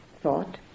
thought